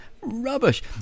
rubbish